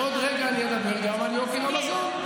ובעוד רגע אני אדבר גם על יוקר המזון.